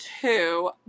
two